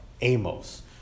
Amos